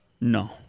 No